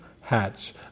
hatch